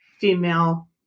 female